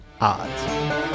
odds